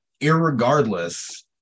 irregardless